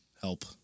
help